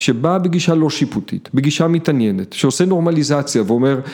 ‫שבא בגישה לא שיפוטית, ‫בגישה מתעניינת, ‫שעושה נורמליזציה ואומר...